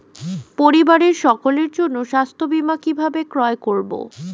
পরিবারের সকলের জন্য স্বাস্থ্য বীমা কিভাবে ক্রয় করব?